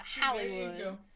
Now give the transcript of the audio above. Hollywood